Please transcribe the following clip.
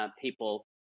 people